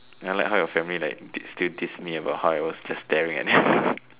I like how your family like still diss me about like how I was just staring at that